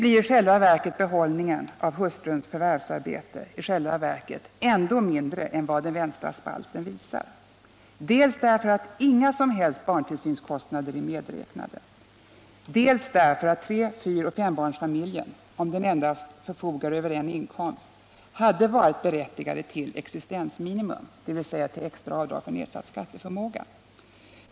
I själva verket blir behållningen av hustruns förvärvsarbete ändå mindre än vad uppställningen visar, dels därför att inga som helst barntillsynskostnader är medräknade, dels därför att tre-, fyraoch fembarnsfamiljen, om den förfogar över endast en inkomst, hade varit berättigad till existensminimum, dvs. till extra avdrag för nedsatt skatteförmåga.